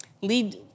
lead